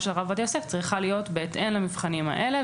של הרב עובדיה יוסף צריכה להיות בהתאם למבחנים האלה.